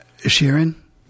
Sharon